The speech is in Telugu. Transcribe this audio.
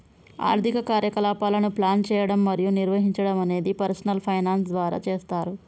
ఆర్థిక కార్యకలాపాలను ప్లాన్ చేయడం మరియు నిర్వహించడం అనేది పర్సనల్ ఫైనాన్స్ ద్వారా చేస్తరు